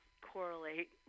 correlate